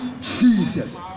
Jesus